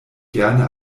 gerne